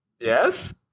Yes